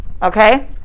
Okay